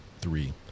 Three